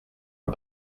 and